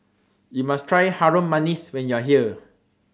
YOU must Try Harum Manis when YOU Are here